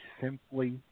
simply